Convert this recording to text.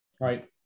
right